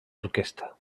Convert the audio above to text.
orquesta